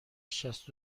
شصت